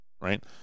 right